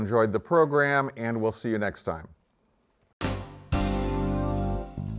enjoyed the program and we'll see you next time